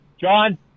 John